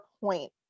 point